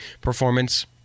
performance